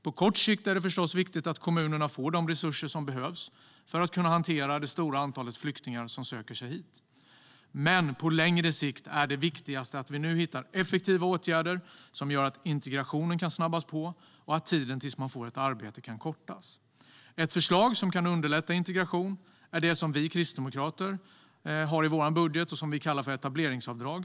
På kort sikt är det förstås viktigt att kommunerna får de resurser som behövs för att kunna hantera det stora antal flyktingar som söker sig hit. Men på längre sikt är det viktigaste att vi hittar effektiva åtgärder som gör att integrationen kan snabbas på och att tiden tills man får ett arbete kan kortas. Ett förslag som kan underlätta integrationen är det som vi kristdemokrater har i vår budget och som vi kallar etableringsavdrag.